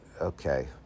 Okay